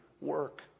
work